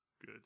good